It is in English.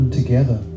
together